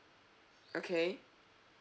okay